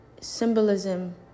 symbolism